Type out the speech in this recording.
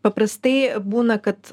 paprastai būna kad